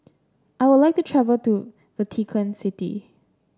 I would like to travel to Vatican City